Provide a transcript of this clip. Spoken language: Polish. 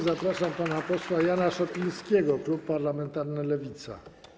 Zapraszam pana posła Jana Szopińskiego, klub parlamentarny Lewica.